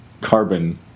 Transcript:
carbon